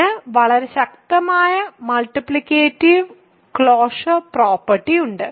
ഇതിന് വളരെ ശക്തമായ മൾട്ടിപ്ലിക്കേറ്റിവ് ക്ലോഷർ പ്രോപ്പർട്ടി ഉണ്ട്